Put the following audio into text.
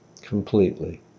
completely